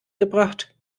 gebracht